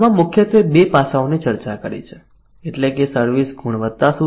આમાં મુખ્યત્વે 2 પાસાઓની ચર્ચા કરો એટલે કે સર્વિસ ગુણવત્તા શું છે